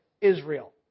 Israel